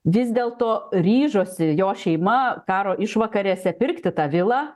vis dėlto ryžosi jo šeima karo išvakarėse pirkti tą vilą